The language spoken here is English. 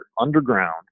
underground